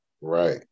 Right